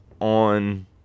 on